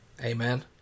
Amen